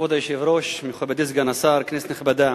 כבוד היושב-ראש, מכובדי סגן השר, כנסת נכבדה,